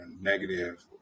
negative